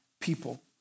people